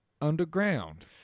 underground